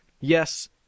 yes